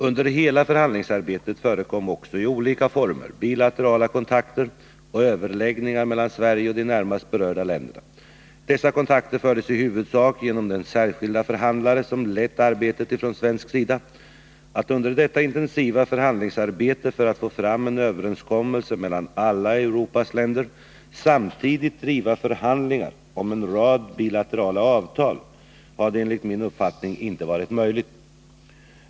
Under hela förhandlingsarbetet förekom också i olika former bilaterala kontakter och överläggningar mellan Sverige och de närmast berörda länderna. Dessa kontakter fördes i huvudsak genom den särskilda förhandlare som lett arbetet från svensk sida. Att under detta intensiva förhandlingsarbete för att få fram en överenskommelse mellan alla Europas länder samtidigt driva förhandlingar om en rad bilaterala avtal hade enligt min uppfattning inte varit möjligt.